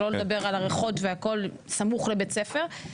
שלא לדבר על הריחות והכול סמוך לבית הספר.